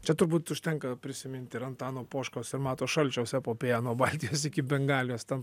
čia turbūt užtenka prisimint ir antano poškos ir mato šalčiaus epopėją nuo baltijos iki bengalijos ten